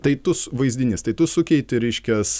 tai tus vaizdinys tai tu sukeiti reiškias